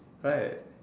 right